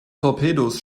torpedos